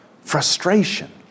frustration